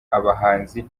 abahanzi